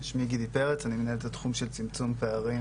שמי גידי פרץ ואני מנהל את התחום של צמצום פערים